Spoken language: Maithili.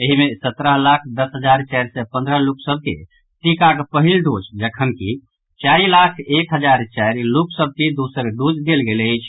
एहि में सतरह लाख दस हजार चारि सय पन्द्रह लोकसभ के टीकाक पहिल डोज जखनकि चारि लाख एक हजार चारि लोकसभ के दोसर डोल देल गेल अछि